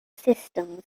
systems